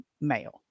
male